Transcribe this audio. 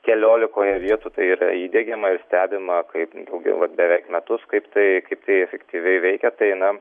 keliolikoje vietų tai yra įdiegiama ir stebima kaip jau vat beveik metus kaip tai kaip tai efektyviai veikia tai na